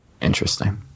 Interesting